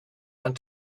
and